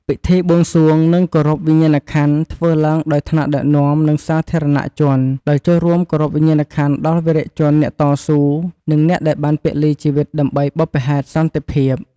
ពិធីបួងសួង និងគោរពវិញ្ញាណក្ខន្ធ ធ្វើឡើងដោយថ្នាក់ដឹកនាំ និងសាធារណជន ដោយចូលរួមគោរពវិញ្ញាណក្ខន្ធដល់វីរជនអ្នកតស៊ូ និងអ្នកដែលបានពលីជីវិតដើម្បីបុព្វហេតុសន្តិភាព។